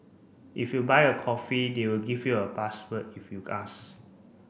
if you buy a coffee they'll give you a password if you ask